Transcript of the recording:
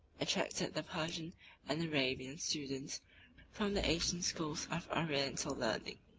attracted the persian and arabian students from the ancient schools of oriental learning.